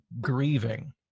grieving